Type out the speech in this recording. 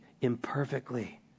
imperfectly